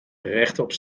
rechtop